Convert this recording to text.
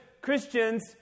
Christians